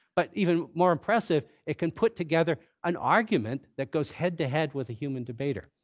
but even more impressive, it can put together an argument that goes head to head with a human debater.